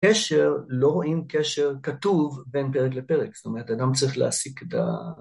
קשר, לא רואים קשר כתוב בין פרק לפרק, זאת אומרת, אדם צריך להסיק את ה...